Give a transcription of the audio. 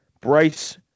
Bryce